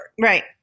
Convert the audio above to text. Right